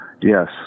Yes